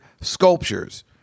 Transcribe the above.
sculptures